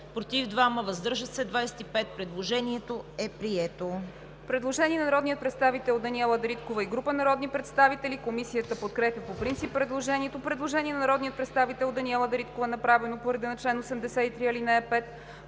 против 2, въздържали се 25. Предложението е прието.